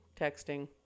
texting